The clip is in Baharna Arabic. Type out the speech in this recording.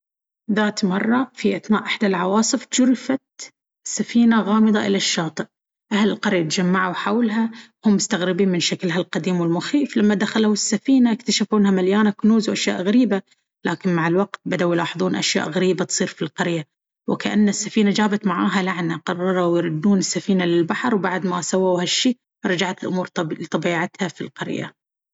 ذات مرة، في أثناء إحدى العواصف، جُرفت سفينة غامضة إلى الشاطئ. أهل القرية تجمعوا حولها وهم مستغربين من شكلها القديم والمخيف. لما دخلوا السفينة، اكتشفوا إنها مليانة كنوز وأشياء غريبة. لكن مع الوقت، بدوا يلاحظون أشياء غريبة تصير في القرية، وكأن السفينة جابت معاها لعنة. قرروا يردون السفينة للبحر، وبعد ما سووا هالشي، رجعت الأمور طبي- لطبيعتها في القرية.